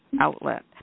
outlet